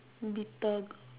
bitter gourd